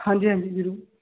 ਹਾਂਜੀ ਹਾਂਜੀ ਜ਼ਰੂਰ